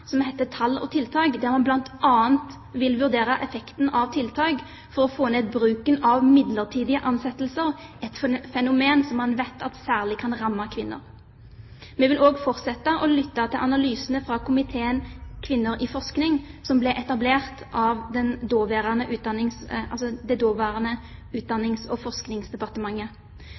som heter «Tall og tiltak» der hun bl.a. vil vurdere effekten av tiltak for å få ned bruken av midlertidige ansettelser – et fenomen man vet særlig kan ramme kvinner. Vi vil også fortsette å lytte til analysene fra komiteen «Kvinner i forskning», som ble etablert av det daværende Utdannings- og forskningsdepartementet.